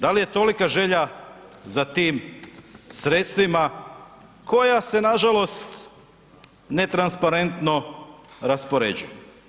Da li je tolika želja za tim sredstvima koja se nažalost netransparentno raspoređuju?